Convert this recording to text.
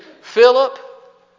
Philip